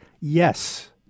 Yes